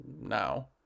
now